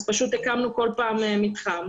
אז פשוט הקמנו כל פעם מתחם,